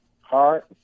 heart